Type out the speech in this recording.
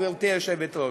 גברתי היושבת-ראש,